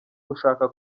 gushaka